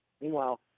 Meanwhile